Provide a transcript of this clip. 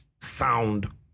sound